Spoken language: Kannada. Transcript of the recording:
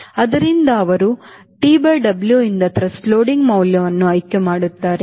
ಆದ್ದರಿಂದ ಅವರು TW ಯಿಂದ ಥ್ರಸ್ಟ್ ಲೋಡಿಂಗ್ ಮೌಲ್ಯವನ್ನು ಆಯ್ಕೆ ಮಾಡುತ್ತಾರೆ